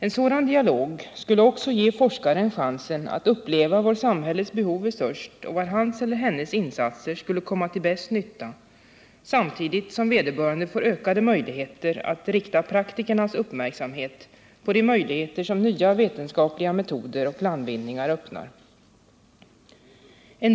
En sådan dialog skulle också ge forskaren chansen att uppleva var samhällets behov är störst och var hans eller hennes insatser skulle komma till bäst nytta, samtidigt som vederbörande får ökade möjligheter att rikta praktikernas uppmärksamhet på l de möjligheter som nya vetenskapliga metoder och landvinningar öppnar.